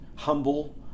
humble